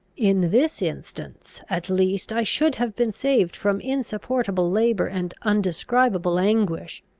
in this instance at least i should have been saved from insupportable labour and undescribable anguish,